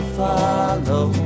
follow